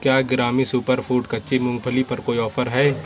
کیا گرامی super food کچی مونگ پھلی پر کوئی آفر ہے